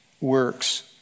works